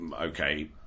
Okay